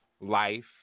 life